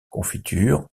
confiture